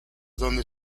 donde